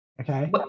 okay